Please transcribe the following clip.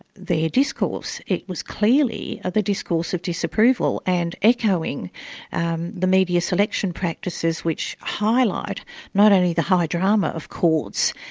discourse, it was clearly ah the discourse of disapproval and echoing and the media selection practices which highlight not only the high drama of courts,